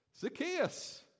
Zacchaeus